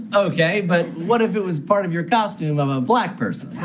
ok. but what if it was part of your costume of a black person? i